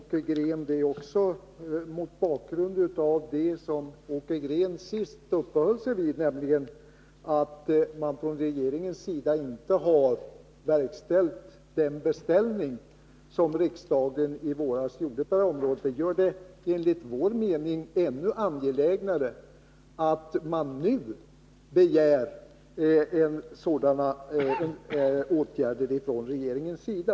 Herr talman! Det är också mot bakgrund av det som Åke Green senast uppehöll sig vid, nämligen att man från regeringens sida inte har verkställt den beställning som riksdagen i våras gjorde på området, som det enligt vår mening blir ännu angelägnare att nu begära sådana åtgärder från regeringens sida.